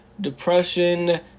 depression